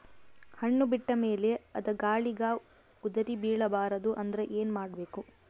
ಹಣ್ಣು ಬಿಟ್ಟ ಮೇಲೆ ಅದ ಗಾಳಿಗ ಉದರಿಬೀಳಬಾರದು ಅಂದ್ರ ಏನ ಮಾಡಬೇಕು?